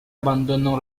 abbandonò